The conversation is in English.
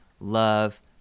love